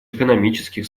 экономических